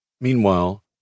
Meanwhile